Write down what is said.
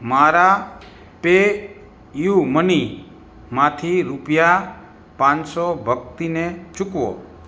મારા પેયુમનીમાંથી રૂપિયા પાંચસો ભક્તિને ચૂકવો